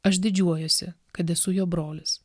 aš didžiuojuosi kad esu jo brolis